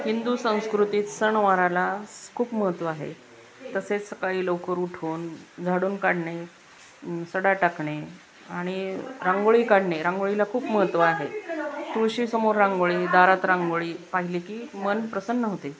हिंदू संस्कृतीत सणवाराला खूप महत्त्व आहे तसेच सकाळी लवकर उठून झाडून काढणे सडा टाकणे आणि रांगोळी काढणे रांगोळीला खूप महत्त्व आहे तुळशीसमोर रांगोळी दारात रांगोळी पाहिली की मन प्रसन्न होते